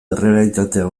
errealitatea